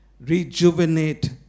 rejuvenate